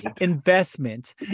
investment